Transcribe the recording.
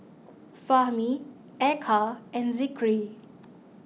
Fahmi Eka and Zikri